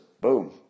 Boom